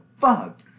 fuck